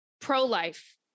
pro-life